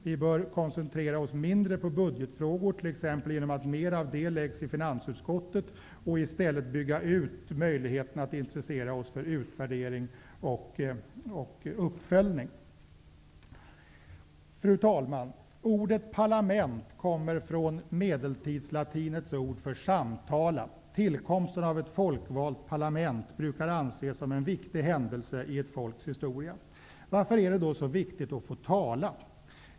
Vi bör t.ex. koncentrera oss mindre på budgetfrågor genom att mer av dem läggs i finansutskottet. I stället bör vi bygga ut möjligheterna att intressera oss för utvärdering och uppföljning. Fru talman! Ordet parlament kommer från medeltidslatinets ord för samtala. Tillkomsten av ett folkvalt parlament brukar anses som en viktig händelse i ett folks historia. Varför är det då så viktigt att få tala?